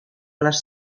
les